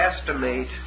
estimate